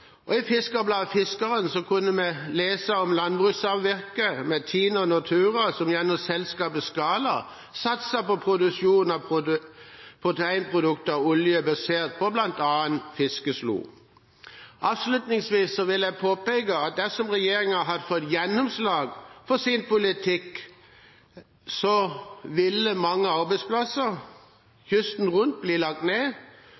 kunne vi lese om landbrukssamvirkene TINE og Nortura, som gjennom selskapet Skala satser på produksjon av proteinprodukter og oljer, basert på bl.a. fiskeslo. Avslutningsvis vil jeg påpeke at dersom regjeringen hadde fått gjennomslag for sin politikk, hadde mange arbeidsplasser kysten rundt blitt lagt ned,